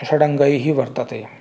षडङ्गैः वर्तते